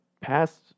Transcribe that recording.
past